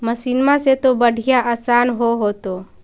मसिनमा से तो बढ़िया आसन हो होतो?